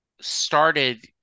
started